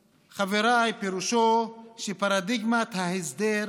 חבריי, פירושו שפרדיגמת ההסדר,